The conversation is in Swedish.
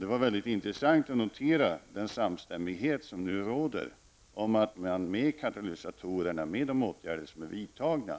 Det var mycket intressant att notera den samstämmighet som nu råder om att man med katalysatorerna -- med de åtgärder som är vidtagna